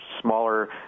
smaller